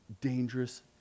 dangerous